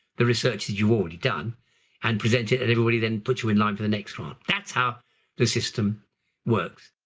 the research that you've already done and presented and everybody then puts you in line for the next one. that's how the system works.